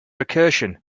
recursion